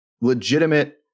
legitimate